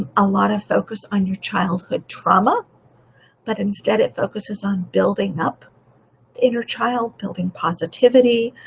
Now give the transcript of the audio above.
ah a lot of focus on your childhood trauma but instead, it focuses on building up inner child, building positivity,